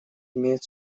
имеет